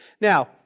Now